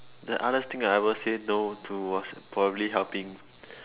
the hardest thing I ever say no to was probably helping